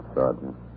Sergeant